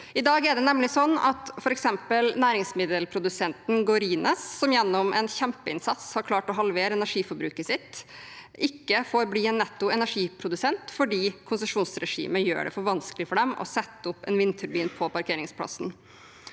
I dag er det nemlig slik at f.eks. næringsmiddelprodusenten Gorines, som gjennom en kjempeinnsats har klart å halvere energiforbruket sitt, ikke får bli en netto energiprodusent fordi konsesjonsregimet gjør det for vanskelig for dem å sette opp en vindturbin på parkeringsplassen.